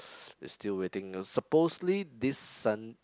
is still waiting supposedly this Sun~